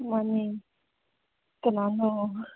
ꯃꯥꯟꯅꯦ ꯀꯅꯥꯅꯣ